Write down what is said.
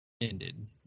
ended